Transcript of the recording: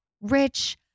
rich